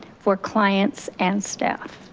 for clients and staff,